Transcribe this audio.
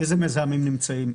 איזה מזהמים נמצאים,